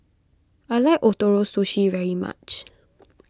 I like Ootoro Sushi very much